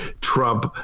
Trump